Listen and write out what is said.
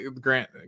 Grant